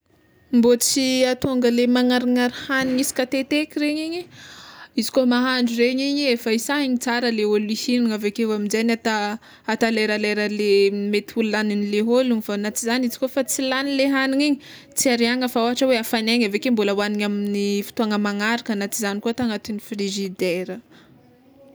Mbô tsy ahatonga le magnarignary hagniny isan-teteky regny igny, izy koa mahandro regny igny efa isaigny tsara le ôlo ihignana aveke aminjegny atao atao leralera le mety ho laninle ôlogno fô na tsy zany izy kô fa tsy lany le hagniny igny tsy ariàgna fa ohatra hoe hafagnaigny aveke mbola hoagniny amin'ny fotoagna magnaraka na tsy zany koa atao agnatin'ny frizidera.